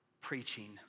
preaching